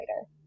later